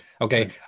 okay